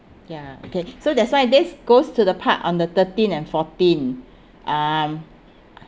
ya okay so that's why this goes to the part on the thirteen and fourteen um